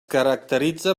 caracteritza